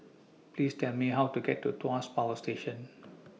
Please Tell Me How to get to Tuas Power Station